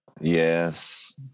Yes